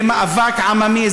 למאבק עממי,